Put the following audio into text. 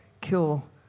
kill